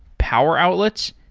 power outlets,